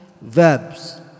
verbs